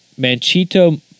Manchito